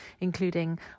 including